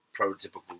prototypical